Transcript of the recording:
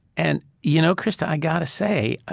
and, you know, krista, i've got to say,